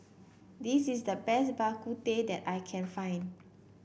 this is the best Bak Kut Teh that I can find